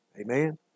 Amen